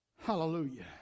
Hallelujah